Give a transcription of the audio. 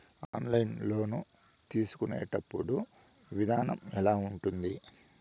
online loan తీసుకునేటప్పుడు విధానం ఎలా ఉంటుంది